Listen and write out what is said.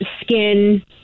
skin